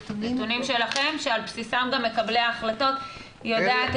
נתונים שלכם שעל בסיסם גם מקבלי ההחלטות יודעים